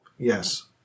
yes